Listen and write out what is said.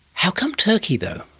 how come turkey though?